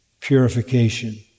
Purification